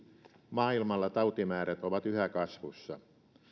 maailmalla tautimäärät ovat yhä kasvussa